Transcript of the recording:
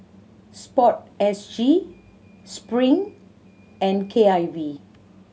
Sport S G Spring and K I V